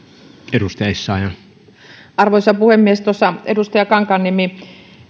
arvoisa puhemies tuossa edustaja kankaanniemi